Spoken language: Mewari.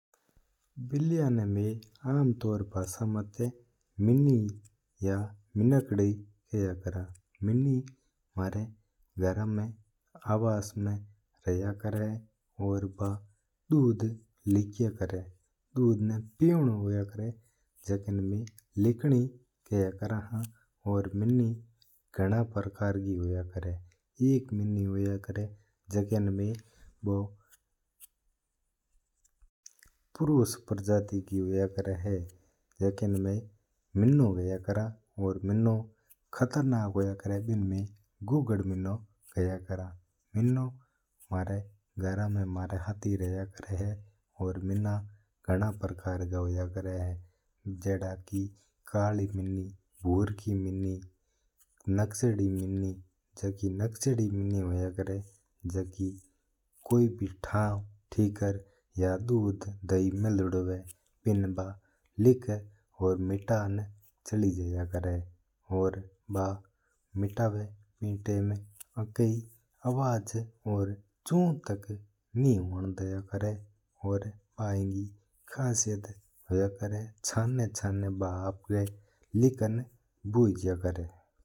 बिल्या ना मैं आण तोर माता मिनी या मिनकड़ी खेया करा हां। मिनी म्हारा घरा में रहया करा है और बा दूध पी जवा है। मिनी घणा ही प्रकार री होया करा है बा कल्ली होवा है तू कल्ली मिनकी। अगर वा ढोली हुआ तो वा ढोली मिनकी। लेकिन मना अता मीनो होया करा है बू खतरनाक होया करा है बू बडू ही खतरनाक हुआ है मिनणा भी घणा ही प्रकार का होया करा है।